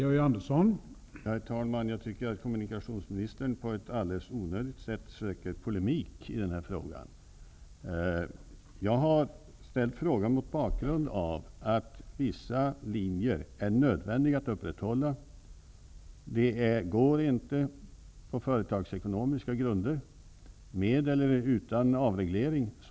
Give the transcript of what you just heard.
Herr talman! Jag tycker att kommunikationsministern på ett alldeles onödigt sätt söker polemik i denna fråga. Jag har ställt frågan mot bakgrund av att vissa linjer är nödvändiga att upprätthålla. Det går inte på företagsekonomiska grunder. Så har det varit med eller utan avreglering.